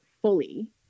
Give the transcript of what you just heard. fully